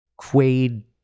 quaid